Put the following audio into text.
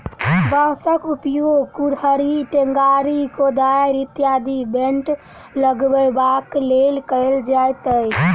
बाँसक उपयोग कुड़हड़ि, टेंगारी, कोदारि इत्यादिक बेंट लगयबाक लेल कयल जाइत अछि